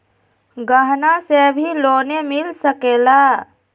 गहना से भी लोने मिल सकेला?